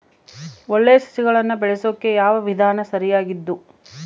ಒಳ್ಳೆ ಸಸಿಗಳನ್ನು ಬೆಳೆಸೊಕೆ ಯಾವ ವಿಧಾನ ಸರಿಯಾಗಿದ್ದು?